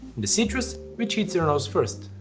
the citrus, which hits your nose first,